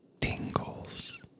tingles